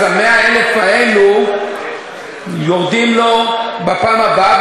אז ה-100,000 האלה יורדים לו בפעם הבאה,